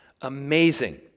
amazing